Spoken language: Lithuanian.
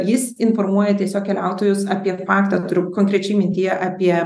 jis informuoja tiesiog keliautojus apie faktą turiu konkrečiai mintyje apie